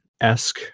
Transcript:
esque